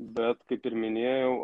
bet kaip ir minėjau